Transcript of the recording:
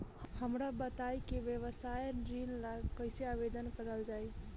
हमरा बताई कि व्यवसाय ऋण ला कइसे आवेदन करल जाई?